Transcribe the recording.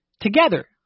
together